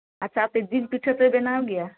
ᱟᱪᱪᱷᱟ ᱟᱯᱮ ᱡᱤᱞ ᱯᱤᱴᱷᱟᱹ ᱯᱮ ᱵᱮᱱᱟᱣ ᱜᱮᱭᱟ